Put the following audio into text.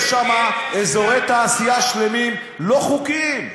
יש שם אזורי תעשייה שלמים לא חוקיים.